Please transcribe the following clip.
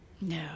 No